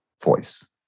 voice